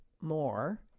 more